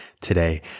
today